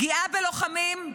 פגיעה בלוחמים היא